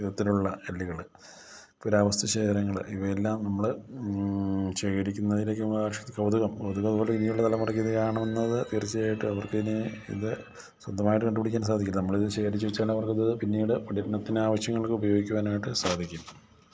രൂപത്തിലുള്ള കല്ലുകൾ പുരാവസ്തു ശേഖരങ്ങൾ ഇവയെല്ലാം നമ്മൾ ശേഖരിക്കുന്നതിലേക്കുള്ള ആ കൗതുകം കൗതുകം അങ്ങോട്ട് ഇനിയുള്ള തലമുറക്ക് ഇതു കാണുന്നത് തീർച്ചയായിട്ട് അവർക്കിനി ഇത് സ്വന്തമായിട്ട് കണ്ടു പിടിക്കാൻ സാധിക്കും നമ്മളിത് ശേഖരിച്ച് വെച്ചാലവർക്കത് പിന്നീട് പഠനത്തിന് ആവശ്യങ്ങൾക്കുപയോഗിക്കുവാനായിട്ട് സാധിക്കും